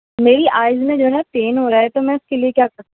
میری آئیز میں جو ہے نا پین ہو رہا ہے تو میں اس کے لئے کیا کروں